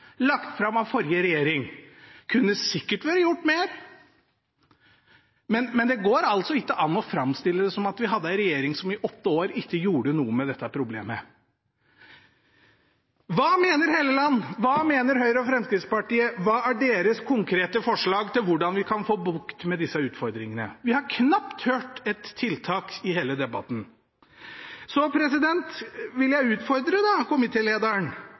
lagt fram av forrige regjering. Det kunne sikkert vært gjort mer, men det går ikke an å framstille det som om vi hadde en regjering som i åtte år ikke gjorde noe med dette problemet. Hva mener representanten Hofstad Helleland, Høyre og Fremskrittspartiet? Hva er deres konkrete forslag til hvordan vi kan få bukt med disse utfordringene? Vi har knapt hørt ett tiltak i hele debatten. Så vil jeg utfordre